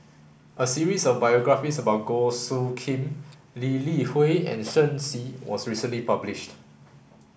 a series of biographies about Goh Soo Khim Lee Li Hui and Shen Xi was recently published